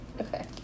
Okay